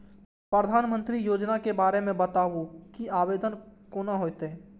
प्रधानमंत्री योजना के बारे मे बताबु की आवेदन कोना हेतै?